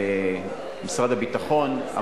משרד הביטחון.